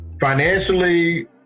financially